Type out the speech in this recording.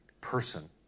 person